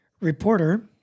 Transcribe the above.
reporter